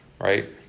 Right